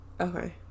okay